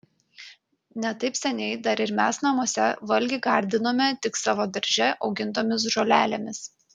ne taip seniai dar ir mes namuose valgį gardinome tik savo darže augintomis žolelėmis